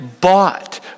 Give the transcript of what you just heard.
bought